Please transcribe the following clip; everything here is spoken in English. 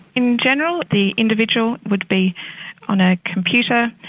in general the individual would be on a computer,